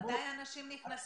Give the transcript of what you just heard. מתי אנשים נכנסים?